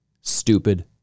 stupid